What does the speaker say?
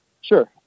Sure